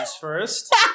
first